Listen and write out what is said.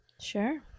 sure